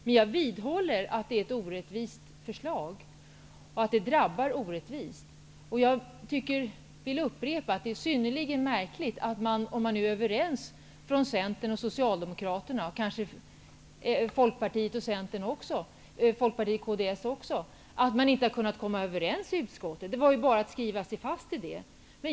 Men jag vidhåller att det är ett förslag som drabbar orättvist. Jag vill upprepa att det är synnerligen märkligt att man inte har kunnat komma överens i utskottet, om nu Centern och Socialdemokraterna, kanske också Folkpartiet och kds, är överens. Det hade varit lätt att slå fast detta.